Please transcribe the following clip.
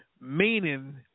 meaning